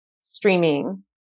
streaming